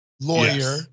lawyer